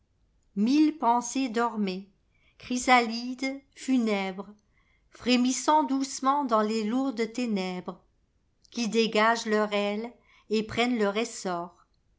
mille pensers dormaient chrysalides funèbres frémissant doucement dans les lourdes ténèbres qui dégagent leur aile et prennent leur essor